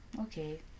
Okay